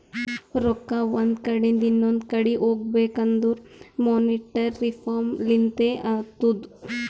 ರೊಕ್ಕಾ ಒಂದ್ ಕಡಿಂದ್ ಇನೊಂದು ಕಡಿ ಹೋಗ್ಬೇಕಂದುರ್ ಮೋನಿಟರಿ ರಿಫಾರ್ಮ್ ಲಿಂತೆ ಅತ್ತುದ್